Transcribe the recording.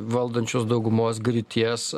valdančios daugumos griūties